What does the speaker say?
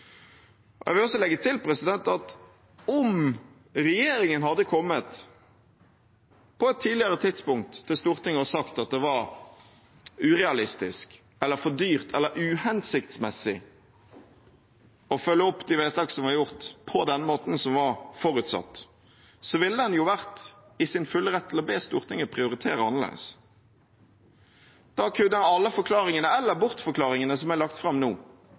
det. Jeg vil også legge til at om regjeringen hadde kommet til Stortinget på et tidligere tidspunkt og sagt at det var urealistisk, for dyrt eller uhensiktsmessig å følge opp de vedtak som var gjort, på den måten som var forutsatt, ville en vært i sin fulle rett til å be Stortinget prioritere annerledes. Da kunne alle forklaringene eller bortforklaringene som er lagt fram nå,